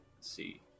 see